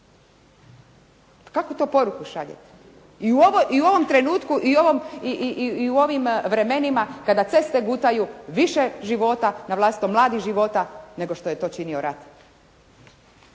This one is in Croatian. Kakvu to poruku šaljete? I u ovom trenutku i u ovim vremenima kada ceste gutaju više života, naglasimo mladih života nego što je to činio rat.